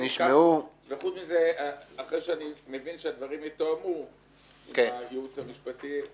אחרי שאני מבין שהדברים יתואמו עם הייעוץ המשפטי,